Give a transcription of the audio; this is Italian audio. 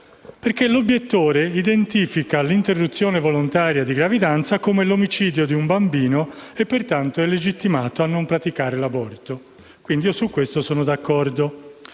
L'obiettore identifica l'interruzione volontaria di gravidanza come l'omicidio di un bambino e, pertanto, è legittimato a non praticare l'aborto: su questo sono d'accordo.